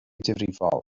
difrifol